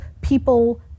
people